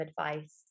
advice